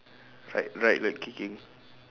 right right leg kicking